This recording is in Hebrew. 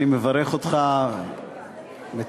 אני מברך אותך בתפקידך,